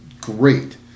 great